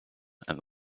and